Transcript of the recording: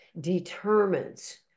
determines